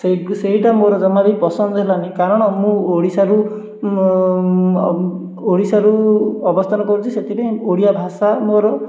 ସେଇ ସେଇଟା ମୋର ଜମା ପସନ୍ଦ ହେଲାନି କାରଣ ମୁଁ ଓଡ଼ିଶାରୁ ଓଡ଼ିଶାରୁ ଅବସ୍ଥାନ କରୁଛି ସେଥିପାଇଁ ଓଡ଼ିଆ ଭାଷା ମୋର